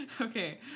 okay